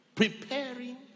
Preparing